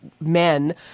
men